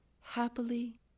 happily